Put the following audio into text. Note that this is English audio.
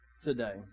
today